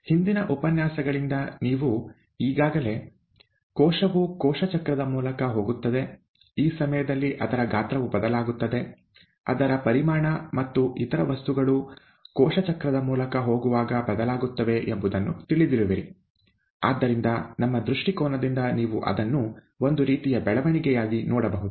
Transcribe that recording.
ಹಿಂದಿನ ಉಪನ್ಯಾಸಗಳಿಂದ ನೀವು ಈಗಾಗಲೇ ಕೋಶವು ಕೋಶ ಚಕ್ರದ ಮೂಲಕ ಹೋಗುತ್ತದೆ ಈ ಸಮಯದಲ್ಲಿ ಅದರ ಗಾತ್ರವು ಬದಲಾಗುತ್ತದೆ ಅದರ ಪರಿಮಾಣ ಮತ್ತು ಇತರ ವಸ್ತುಗಳು ಕೋಶ ಚಕ್ರದ ಮೂಲಕ ಹೋಗುವಾಗ ಬದಲಾಗುತ್ತವೆ ಎಂಬುದನ್ನು ತಿಳಿದಿರುವಿರಿ ಆದ್ದರಿಂದ ನಮ್ಮ ದೃಷ್ಟಿಕೋನದಿಂದ ನೀವು ಅದನ್ನು ಒಂದು ರೀತಿಯ ಬೆಳವಣಿಗೆಯಾಗಿ ನೋಡಬಹುದು